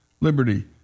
liberty